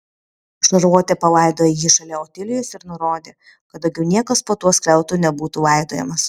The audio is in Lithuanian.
šarlotė palaidojo jį šalia otilijos ir nurodė kad daugiau niekas po tuo skliautu nebūtų laidojamas